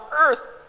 earth